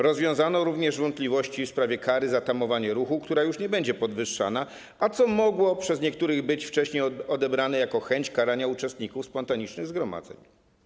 Rozwiązano również wątpliwości w sprawie kary za tamowanie ruchu, która już nie będzie podwyższana, a co mogło przez niektórych być wcześniej odebrane jako chęć karania uczestników spontanicznych zgromadzeń.